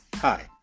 Hi